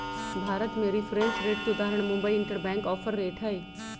भारत में reference rate के उदाहरण मुंबई इंटरबैंक ऑफर रेट हइ